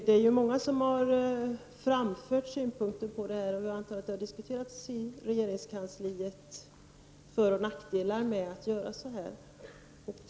Det är ju många som har anfört synpunkter på detta, och jag antar att man inom regeringskansliet har diskuterat föroch nackdelar med att göra på detta sätt.